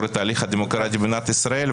את התהליך הדמוקרטי במדינת ישראל.